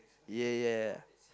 ya ya